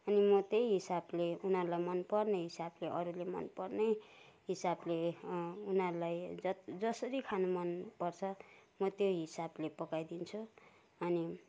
अनि म त्यही हिसाबले उनीहरूलाई मन पर्ने हिसाबले अरूले मन पर्ने हिसाबले उनीहरूलाई ज जसरी खानु मन पर्छ म त्यो हिसाबले पकाइदिन्छु अनि